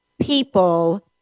people